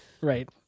Right